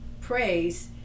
praise